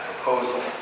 proposal